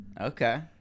Okay